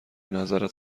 نظرت